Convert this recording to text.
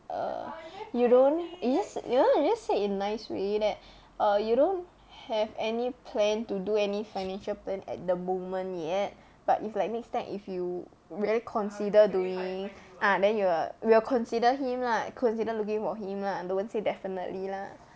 err you don't you just you know you just say in nice way that err you don't have any plan to do any financial planning at the moment yet but if like next time if you really consider doing uh then you will you will consider him lah consider looking for him lah don't say definitely lah